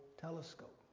telescope